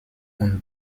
und